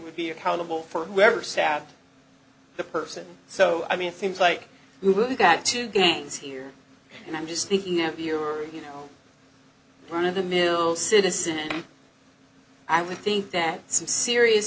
would be accountable for whoever sat the person so i mean it seems like you've got two games here and i'm just thinking you know run of the mill citizen and i would think that some serious